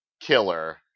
killer